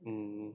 mm